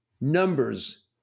numbers